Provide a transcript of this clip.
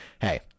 hey